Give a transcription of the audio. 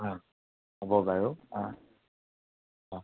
অ হব বাৰু অ অ